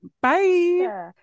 bye